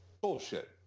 Bullshit